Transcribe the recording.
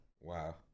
Wow